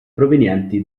provenienti